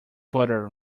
butter